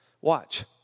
Watch